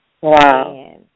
Wow